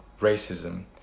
racism